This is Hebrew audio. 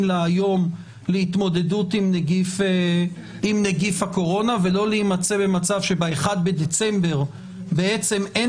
לה היום להתמודדות עם נגיף הקורונה ולא להימצא במצב שב-1 בדצמבר אין